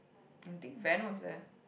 and think Van was there